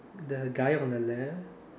the guy on the left